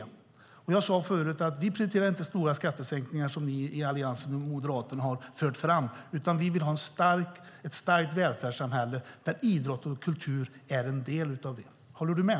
Jag sade förut att vi inte prioriterar stora skattesänkningar, vilket ni i Alliansen och i Moderaterna har fört fram. Vi vill i stället ha ett starkt välfärdssamhälle där idrott och kultur är en del. Håller du med?